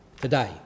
today